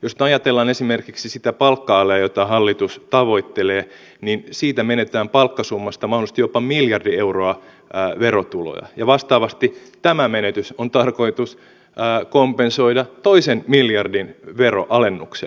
jos ajatellaan esimerkiksi sitä palkka alea jota hallitus tavoittelee niin siitä palkkasummasta menetetään mahdollisesti jopa miljardi euroa verotuloja ja vastaavasti tämä menetys on tarkoitus kompensoida toisella miljardin veroalennuksella